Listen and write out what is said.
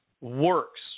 works